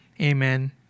amen